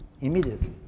immediately